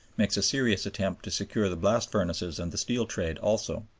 makes a serious attempt to secure the blast-furnaces and the steel trade also,